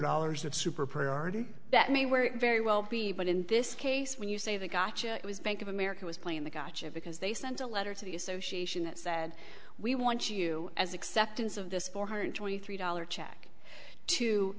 dollars of super priority that may we're very well be but in this case when you say the gotcha was bank of america was playing the gotcha because they sent a letter to the association that said we want you as acceptance of this four hundred twenty three dollars check to